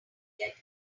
get